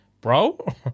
Bro